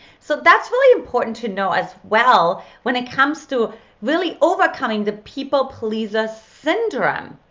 so that's really important to know as well when it comes to really overcoming the people-pleaser syndrome.